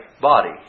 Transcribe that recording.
body